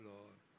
Lord